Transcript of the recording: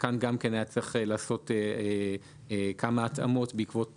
וגם כאן היה צריך לעשות כמה התאמות בעקבות